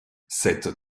cette